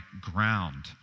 ground